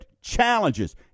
challenges